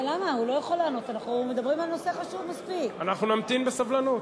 אנחנו נמתין בסבלנות.